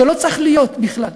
שלא צריך להיות בכלל.